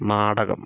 നാടകം